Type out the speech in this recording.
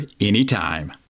anytime